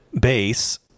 base